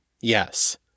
Yes